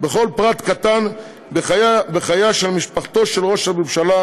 בכל פרט קטן בחייה של משפחתו של ראש הממשלה,